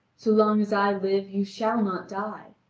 so long as i live you shall not die!